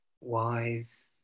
wise